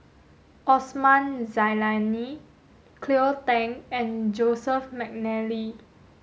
Osman Zailani Cleo Thang and Joseph Mcnally